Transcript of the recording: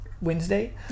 Wednesday